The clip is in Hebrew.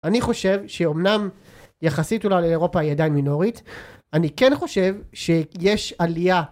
אני חושב שאומנם יחסית אולי לאירופה היא עדיין מינורית, אני כן חושב שיש עלייה